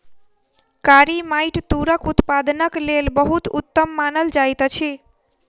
कारी माइट तूरक उत्पादनक लेल बहुत उत्तम मानल जाइत अछि